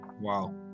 Wow